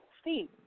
Steve